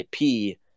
IP